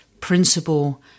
principle